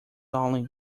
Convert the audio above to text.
only